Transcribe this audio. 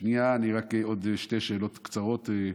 שנייה, רק עוד שתי שאלות קצרות.